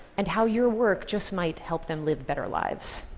and how your work just might help them live better lives.